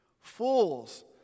Fools